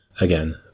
Again